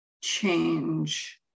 change